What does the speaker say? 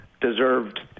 deserved